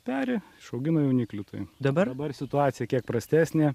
peri išaugina jauniklių tai dabar situacija kiek prastesnė